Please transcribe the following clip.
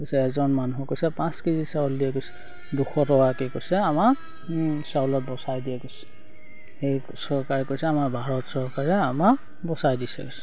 কৈছে এজন মানুহ কৈছে পাঁচ কেজি চাউল দিয়ে গৈছে দুশ টকাকে কৈছে আমাক চাউল বচাই দিয়া গৈছে সেই চৰকাৰে কৈছে আমাৰ ভাৰত চৰকাৰে আমাক বচাই দিছে গৈছে